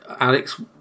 Alex